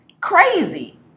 Crazy